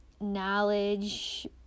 knowledge